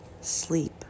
sleep